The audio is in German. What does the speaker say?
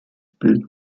bild